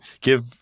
give